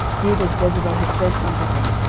did as jezebel had sent unto them,